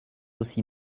aussi